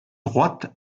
droite